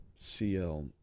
CL